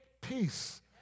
peace